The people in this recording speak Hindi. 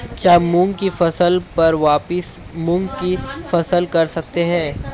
क्या मूंग की फसल पर वापिस मूंग की फसल कर सकते हैं?